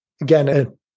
again